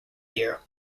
year